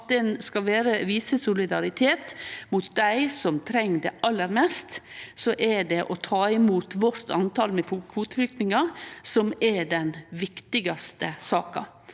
at ein skal vise solidaritet med dei som treng det aller mest, er det å ta imot vårt antal med kvoteflyktningar den viktigaste saka.